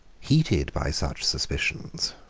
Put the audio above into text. heated by such suspicions,